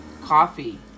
coffee